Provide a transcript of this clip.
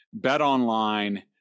Betonline